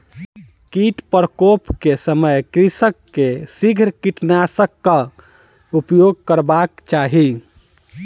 कीट प्रकोप के समय कृषक के शीघ्र कीटनाशकक उपयोग करबाक चाही